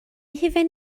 hufen